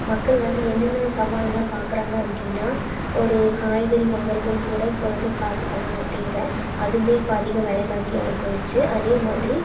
மக்கள் வந்து என்னென்ன சவாலெல்லாம் பார்க்கறாங்க அப்படின்னா ஒரு காய்கறி வாங்கிறக்கும் கூட இப்போ வந்து காசு பணமெலாம் தேவை அதுவுமே இப்போ அதிக விலைவாசியா ஆகிப்போச்சு அதே மாதிரி